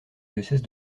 diocèse